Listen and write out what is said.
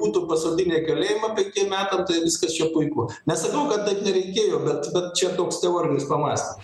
būtų pasodinę į kalėjimą penkiem metam tai viskas čia puiku nesakau kad taip nereikėjo bet bet čia toks teorinis pamąstymas